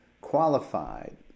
qualified